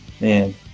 man